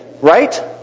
right